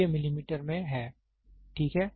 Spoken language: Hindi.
ये मिलीमीटर में हैं ठीक है